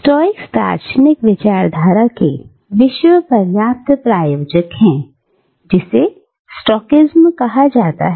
Stoics दार्शनिक विचारधारा के विश्व पर्यंत प्रायोजक हैं जिसे स्टोकिज्म कहा जाता है